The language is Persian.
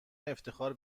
افتخار